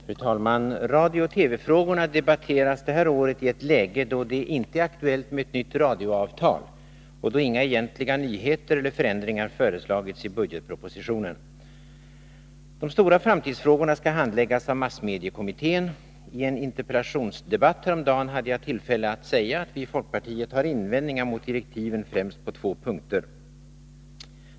Fru talman! Radiooch TV-frågorna debatteras detta år i ett läge då det inte är aktuellt med ett nytt radioavtal och då inga egentliga nyheter eller förändringar föreslagits i budgetpropositionen. De stora framtidsfrågorna skall handläggas av massmediel ommittén. I en interpellationsdebatt häromdagen hade jag tillfälle att säga att vi i folkpartiet har invändningar mot direktiven främst på två punkter.